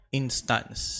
instance